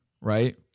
right